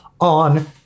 on